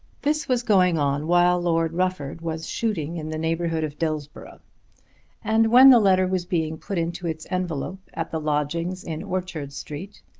this was going on while lord rufford was shooting in the neighbourhood of dillsborough and when the letter was being put into its envelope at the lodgings in orchard street,